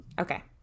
Okay